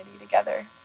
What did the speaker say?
together